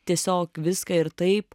tiesiog viską ir taip